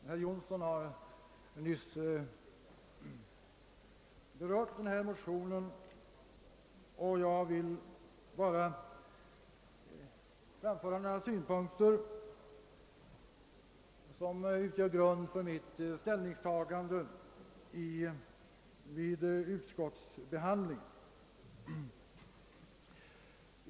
Herr Jonsson har nyss berört motionen, och jag vill bara framföra några synpnkter, som utgör grund för mitt ställningstagande vid utskottsbehandlingen.